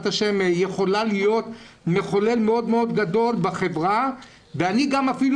השם יכולה להיות מחולל מאוד גדול בחברה ואני גם אפילו